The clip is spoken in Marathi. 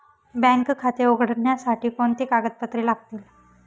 बँक खाते उघडण्यासाठी कोणती कागदपत्रे लागतील?